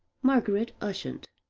margaret ushant.